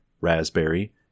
Raspberry